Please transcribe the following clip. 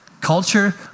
Culture